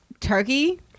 Turkey